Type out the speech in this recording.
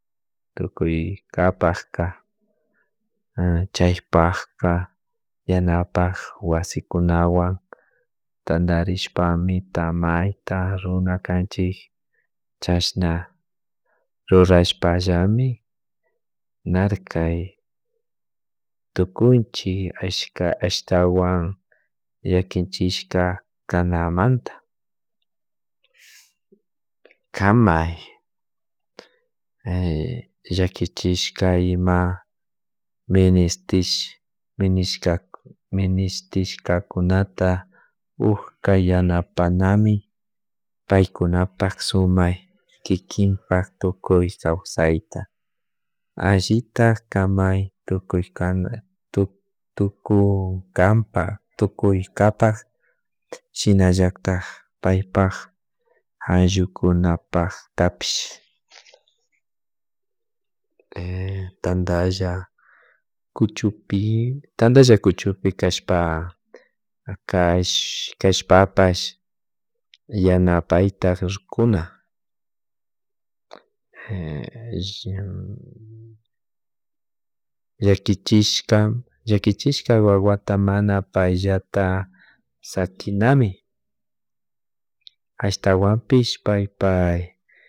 Tukuy kapakka chaypakpa yanapak wasikunawan tantarishpamita mayta runa kanchik chashna rrurashpallami narkay tukunchik ashka ashtawan yaninchishka kananmanta kamay llakichishka ima ministish minishkaunata utka yanakpanami paykunapak sumay kikinpak tukuy kawsayta allitak kamay tukuy kana tukunpanak tukuykapak shinallatak paypak ayllukunpaktapish tantanlla cuchupi tantalla kuchupi kashpa kashpapash yanapayta rukuna yakichishka yakishishpa wawata mana payllata sakinami ashtawanpish pay pak